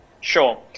Sure